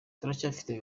turacyafite